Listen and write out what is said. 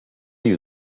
you